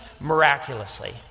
miraculously